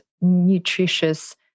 nutritious